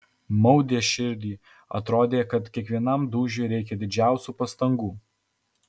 maudė širdį atrodė kad kiekvienam dūžiui reikia didžiausių pastangų